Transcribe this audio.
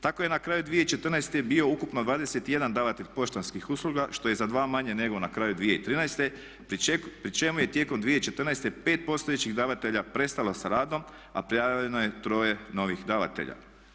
Tako je na kraju 2014. bio ukupno 21 davatelj poštanskih usluga što je za 2 manje nego na kraju 2013. pri čemu je tijekom 2014. 5 postojećih davatelja prestalo sa radom a prijavljeno je troje novih davatelja.